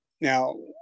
Now